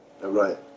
right